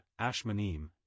Ashmanim